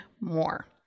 more